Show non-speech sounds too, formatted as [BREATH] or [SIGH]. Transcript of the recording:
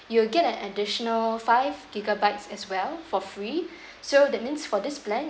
you get an additional five gigabytes as well for free [BREATH] so that means for this plan